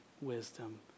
wisdom